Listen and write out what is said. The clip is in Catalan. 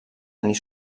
tenir